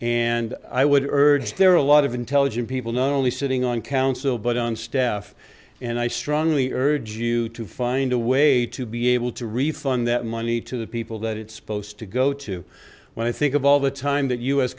and i would urge there are a lot of intelligent people known only sitting on council but on staff and i strongly urge you to find a way to be able to refund that money to the people that it's supposed to go to when i think of all the time that u